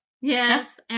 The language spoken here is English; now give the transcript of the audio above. Yes